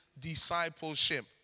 discipleship